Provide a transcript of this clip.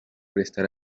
prestar